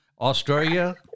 Australia